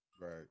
Right